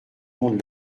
monde